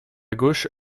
gauche